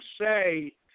say